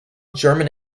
german